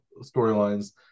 storylines